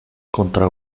contra